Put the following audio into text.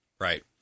Right